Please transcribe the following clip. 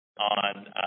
on